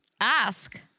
Ask